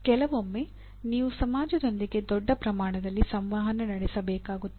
ಕೆಲವೊಮ್ಮೆ ನೀವು ಸಮಾಜದೊಂದಿಗೆ ದೊಡ್ಡ ಪ್ರಮಾಣದಲ್ಲಿ ಸಂವಹನ ನಡೆಸಬೇಕಾಗುತ್ತದೆ